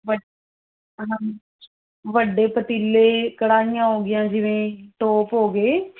ਵੱਡੇ ਵੱਡੇ ਪਤੀਲੇ ਕੜਾਹੀਆਂ ਹੋ ਗਈਆਂ ਜਿਵੇਂ ਟੋਪ ਹੋ ਗਏ